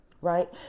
Right